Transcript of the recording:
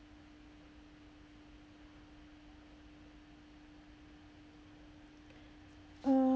uh